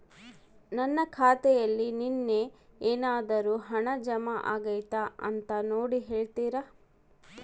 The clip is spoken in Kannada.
ನನ್ನ ಖಾತೆಯಲ್ಲಿ ನಿನ್ನೆ ಏನಾದರೂ ಹಣ ಜಮಾ ಆಗೈತಾ ಅಂತ ನೋಡಿ ಹೇಳ್ತೇರಾ?